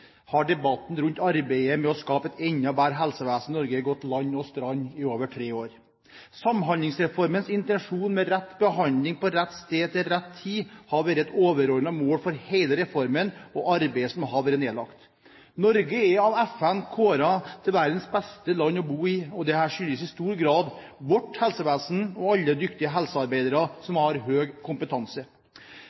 har debatten om arbeidet med å skape et enda bedre helsevesen i Norge gått land og strand rundt i over tre år. Samhandlingsreformens intensjon med rett behandling på rett sted til rett tid har vært et overordnet mål for hele reformen og arbeidet som har vært nedlagt. Norge er av FN kåret til verdens beste land å bo i, og dette skyldes i stor grad vårt helsevesen og alle dyktige helsearbeidere som har høy kompetanse.